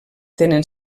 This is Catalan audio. tenen